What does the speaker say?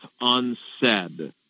unsaid